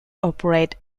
operate